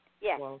Yes